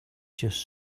just